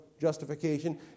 justification